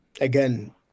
again